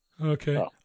Okay